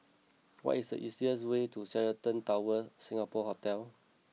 what is the easiest way to Sheraton Towers Singapore Hotel